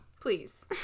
please